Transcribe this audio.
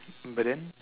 but then